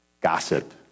Gossip